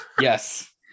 Yes